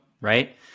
right